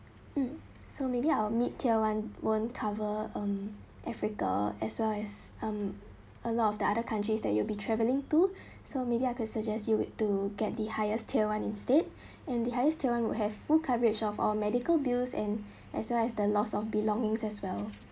mm so maybe I'll meet tier one won't cover on africa as well as um a lot of the other countries that you will be traveling too so maybe I can suggest you wait to get the highest tier one instead and the highest one would have full coverage of our medical bills and as long as the loss of belongings as well